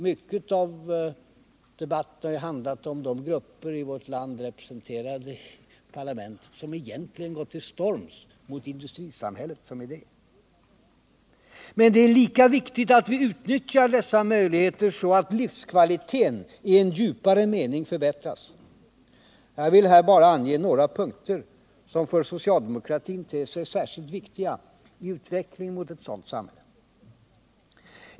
Mycket av debatten har ju handlat om de grupper i vårt land, representerade i parlamentet, som egentligen gått till storms mot industrisamhället som idé. Men det är lika viktigt att vi utnyttjar dessa möjligheter så att livskvaliteten i en djupare mening förbättras. Jag vill här bara ange några punkter, som för socialdemokratin ter sig särskilt viktiga i utvecklingen mot ett sådant samhälle.